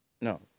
no